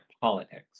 politics